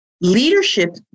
Leadership